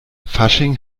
fasching